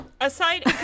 aside